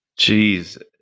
Jeez